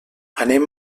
anem